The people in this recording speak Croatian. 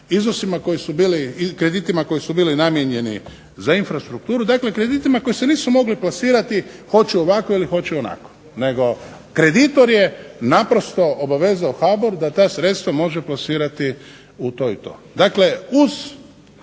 iznosima koji su bili kreditima koji su bili namijenjeni za infrastrukturu, dakle kreditima koji se nisu mogli plasirati, hoću ovako ili hoću onako. Nego kreditor je naprosto obavezao HBOR da ta sredstva može plasirati u to i to. Dakle, uz